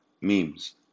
memes